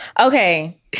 Okay